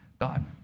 God